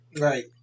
Right